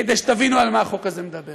כדי שתבינו על מה החוק הזה מדבר.